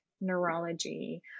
neurology